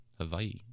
Hawaii